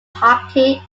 hockey